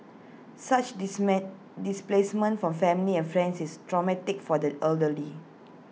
such displacement from family and friends is traumatic for the elderly